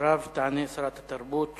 אחריו תענה שרת התרבות